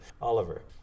Oliver